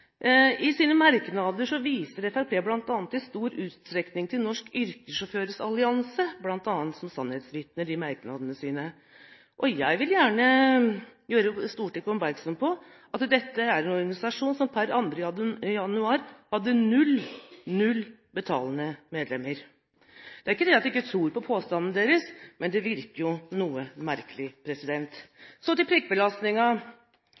I sine merknader viser Fremskrittspartiet i stor utstrekning til Norsk Yrkessjåfør Allianse, bl.a., som sannhetsvitne. Jeg vil gjerne gjøre Stortinget oppmerksom på at dette er en organisasjon som per 2. januar hadde null – null – betalende medlemmer. Det er ikke det at jeg ikke tror på påstandene deres, men det virker jo noe merkelig.